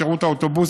את שירות האוטובוסים.